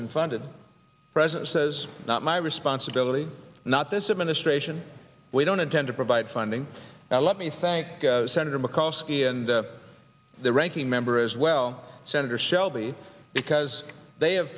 been funded present says not my responsibility not this administration we don't intend to provide funding now let me thank senator mikulski and the ranking member as well senator shelby because they have